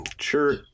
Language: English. Sure